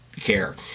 care